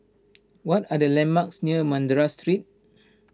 what are the landmarks near Madras Street